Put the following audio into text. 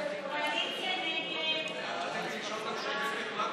הצעת סיעת ימינה להביע